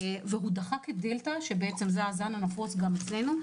והוא דחק את דלתא שהוא הזן הנפוץ גם אצלנו.